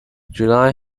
july